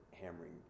hammering